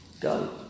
go